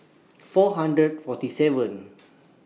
four hundred forty seven